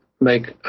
make